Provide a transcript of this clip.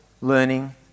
learning